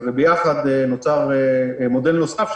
וביחד נוצר מודל נוסף,